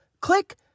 Click